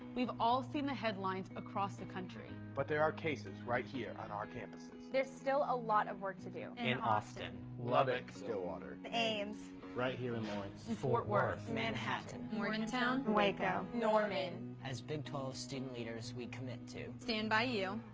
we've all seen the headlines across the country, but there are cases, right here, on our campuses. there's still a lot of work to do in austin, lubbock, stillwater, ames, right here, in lawrence, fort worth, manhattan, morgantown, waco, norman. as big twelve students leaders, we commit to stand by you,